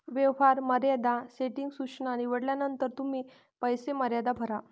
व्यवहार मर्यादा सेटिंग सूचना निवडल्यानंतर तुम्ही पैसे मर्यादा भरा